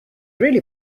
really